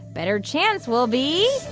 better chance we'll be.